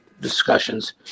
discussions